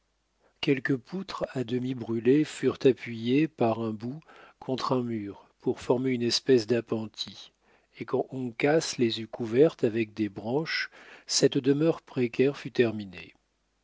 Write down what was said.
quelques poutres à demi brûlées furent appuyées par un bout contre un mur pour former une espèce d'appentis et quand uncas les eut couvertes avec des branches cette demeure précaire fut terminée